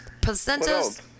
Placentas